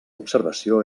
observació